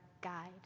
guide